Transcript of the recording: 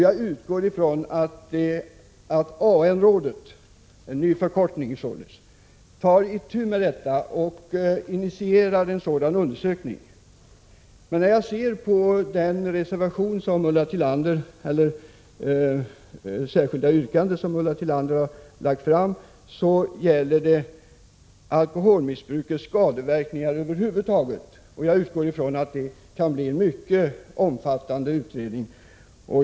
Jag utgår från att AN-rådet tar itu med detta och initierar en sådan undersökning. Ulla Tillanders yrkande gäller en kartläggning av alkoholmissbrukets skadeverkningar över huvud taget. Jag utgår från att det skulle bli en mycket omfattande utredning.